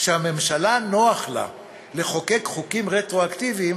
כשלממשלה נוח לחוקק חוקים רטרואקטיביים,